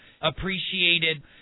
appreciated